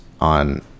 on